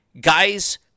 Guys